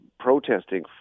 protesting